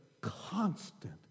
constant